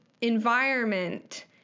environment